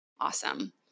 Awesome